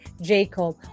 Jacob